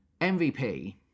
MVP